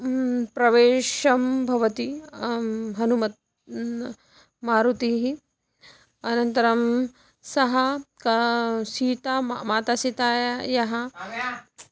प्रवेशं भवति हनुमत् मारुतीः अनन्तरं सः का सीता म मातासीतायाः